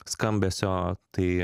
skambesio tai